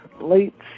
late